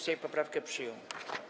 Sejm poprawkę przyjął.